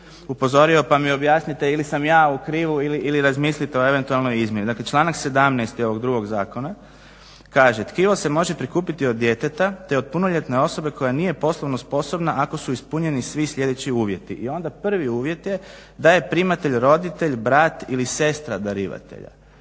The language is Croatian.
upozorio pa mi objasnite ili sam ja u krivu ili razmislite o eventualnoj izmjeni. Dakle, članak 17. je ovog drugog zakona kaže: "tkivo se može prikupiti od djeteta te od punoljetne osobe koja nije poslovna sposobna ako su ispunjeni svi sljedeći uvjeti. I onda prvi uvjet je da je primatelj roditelj, brat ili sestra darivatelja."